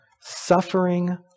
suffering